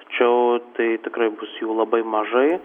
tačiau tai tikrai bus jų labai mažai